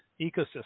ecosystem